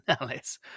Alice